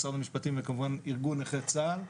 משרד המשפטים וכמובן ארגון נכי צה"ל.